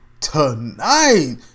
Tonight